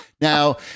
Now